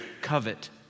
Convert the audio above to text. covet